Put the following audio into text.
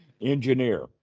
Engineer